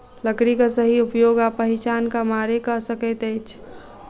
लकड़ीक सही उपयोग आ पहिचान कमारे क सकैत अछि